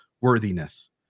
worthiness